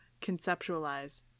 conceptualize